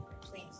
Please